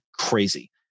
crazy